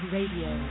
Radio